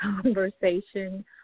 conversation